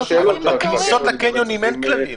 בכניסות לקניונים אין כללים.